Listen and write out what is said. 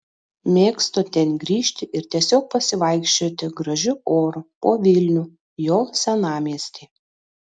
mėgstu ten grįžti ir tiesiog pasivaikščioti gražiu oru po vilnių jo senamiestį